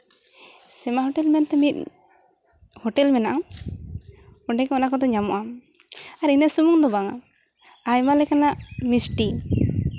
ᱥᱤᱢᱟ hotel ᱢᱮᱱᱛᱮ ᱢᱤᱫ hotel ᱢᱮᱱᱟᱜᱼᱟ ᱚᱸᱰᱮᱜᱮ ᱚᱱᱟ ᱠᱚᱫᱚ ᱧᱟᱢᱚᱜᱼᱟ ᱟᱨ ᱤᱱᱟᱹ ᱥᱩᱢᱩᱱ ᱫᱚ ᱵᱟᱝᱟ ᱟᱭᱢᱟ ᱞᱮᱠᱟᱱᱟᱜ ᱢᱤᱥᱴᱤ